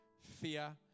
fear